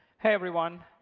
hey, everyone.